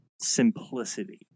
simplicity